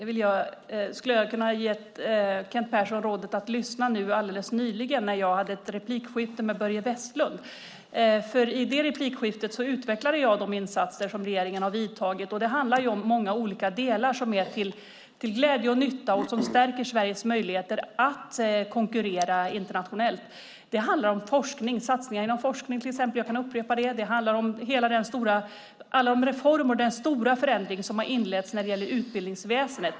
Herr talman! Jag kan ge Kent Persson rådet att han skulle ha lyssnat när jag nyligen hade ett replikskifte med Börje Vestlund. I det replikskiftet utvecklade jag de insatser regeringen har vidtagit. Det handlar om många olika delar som är till glädje och nytta och stärker Sveriges möjligheter att konkurrera internationellt. Jag kan upprepa att det handlar om satsningar inom till exempel forskning. Det handlar om alla reformer av och den stora förändring som har inletts när det gäller utbildningsväsendet.